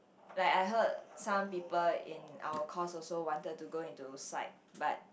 like I heard some people in our course also wanted to go into psych but